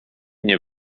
nie